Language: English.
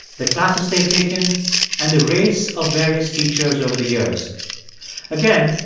the classes they've taken and the race of various teachers over the years again,